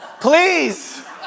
Please